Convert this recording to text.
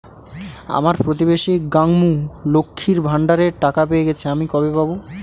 আমার প্রতিবেশী গাঙ্মু, লক্ষ্মীর ভান্ডারের টাকা পেয়ে গেছে, আমি কবে পাব?